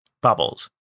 bubbles